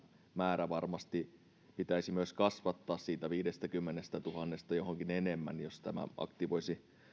määrä varmasti pitäisi myös kasvattaa siitä viidestäkymmenestätuhannesta johonkin enempään jos tämä aktivoisi